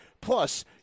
Plus